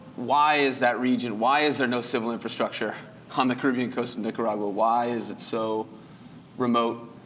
why is that region why is there no civil infrastructure on the caribbean coast of nicaragua? why is it so remote?